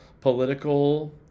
political